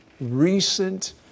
recent